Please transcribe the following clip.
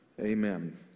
Amen